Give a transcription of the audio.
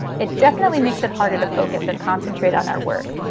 it definitely makes it harder to focus and concentrate on our work,